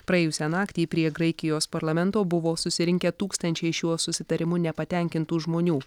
praėjusią naktį prie graikijos parlamento buvo susirinkę tūkstančiai šiuo susitarimu nepatenkintų žmonių